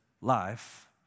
life